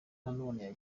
none